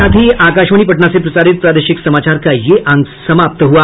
इसके साथ ही आकाशवाणी पटना से प्रसारित प्रादेशिक समाचार का ये अंक समाप्त हुआ